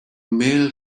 male